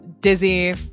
dizzy